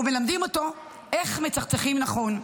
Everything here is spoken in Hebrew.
ומלמדים אותו איך מצחצחים נכון.